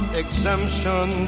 exemption